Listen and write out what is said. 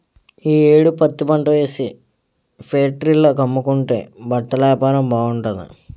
ఈ యేడు పత్తిపంటేసి ఫేట్రీల కమ్ముకుంటే బట్టలేపారం బాగుంటాది